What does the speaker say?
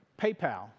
PayPal